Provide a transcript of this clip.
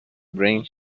bring